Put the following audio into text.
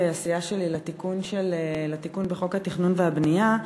הסיעה שלי לתיקון בחוק התכנון והבנייה,